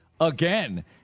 again